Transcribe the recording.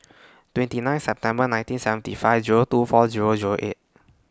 twenty nine September nineteen seventy five Zero two four Zero Zero eight